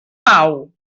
pau